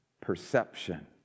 perception